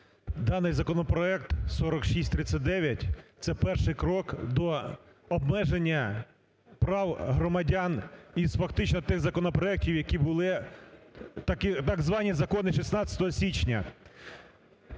Даний законопроект 4639 – це перший крок до обмеження прав громадян із фактично тих законопроектів, які були… так звані закони 16 січня.